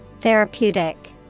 Therapeutic